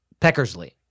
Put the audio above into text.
Peckersley